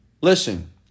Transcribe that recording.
Listen